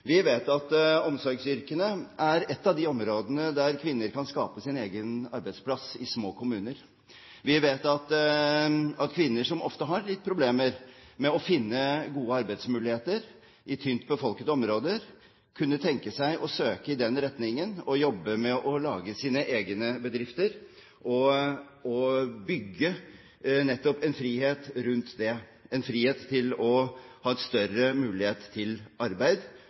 Vi vet at omsorgsyrkene er et av de områdene der kvinner kan skape sin egen arbeidsplass i små kommuner. Vi vet at kvinner som ofte har litt problemer med å finne gode arbeidsmuligheter i tynt befolkede områder, kunne tenke seg å søke i den retningen og jobbe med å lage sine egne bedrifter og bygge nettopp en frihet rundt det – en frihet til å ha en større mulighet til arbeid.